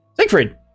Siegfried